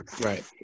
right